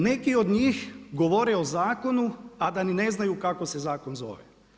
Neki od njih govore o zakonu a da ni ne znaju kako se zakon zove.